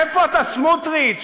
איפה אתה, סמוטריץ?